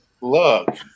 Look